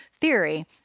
theory